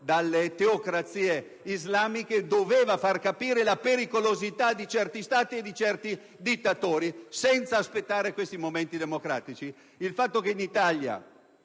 dalle teocrazie islamiche, dovevano far capire la pericolosità di certi Stati e di certi dittatori, senza aspettare questi eventi. Il fatto che in Italia